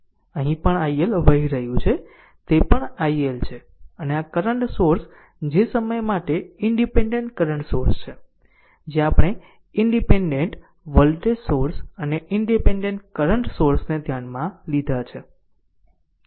અહીં પણ iL વહી રહ્યું છે તે પણ iL છે અને આ કરંટ સોર્સ જે સમય માટે ઈનડીપેન્ડેન્ટ કરંટ સોર્સ છે જે આપણે ઈનડીપેન્ડેન્ટ વોલ્ટેજ સોર્સ અને ઈનડીપેન્ડેન્ટ કરંટ સોર્સને ધ્યાનમાં લીધા છે